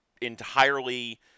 entirely